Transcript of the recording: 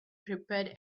prepared